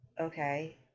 okay